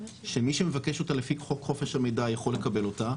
שמי שמבקש אותה לפי חוק חופש המידע יכול לקבל אותה.